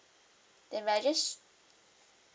and may I just sh~